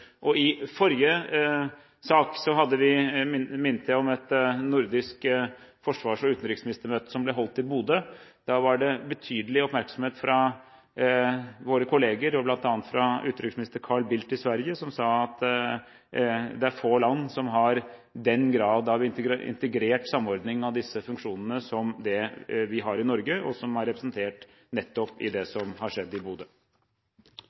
I forrige sak minnet jeg om et nordisk forsvars- og utenriksministermøte som ble holdt i Bodø. Der var det betydelig oppmerksomhet fra våre kolleger, bl.a. fra Sveriges utenriksminister Carl Bildt. Han sa at det er få land som har den grad av integrert samordning av disse funksjonene som det vi har i Norge. Det er representert nettopp med det som har skjedd i Bodø.